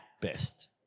best